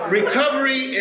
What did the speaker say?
recovery